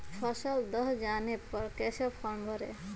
फसल दह जाने पर कैसे फॉर्म भरे?